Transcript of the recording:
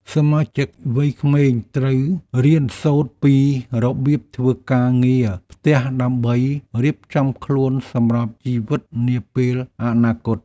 សមាជិកវ័យក្មេងត្រូវរៀនសូត្រពីរបៀបធ្វើការងារផ្ទះដើម្បីរៀបចំខ្លួនសម្រាប់ជីវិតនាពេលអនាគត។